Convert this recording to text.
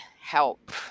help